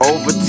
Over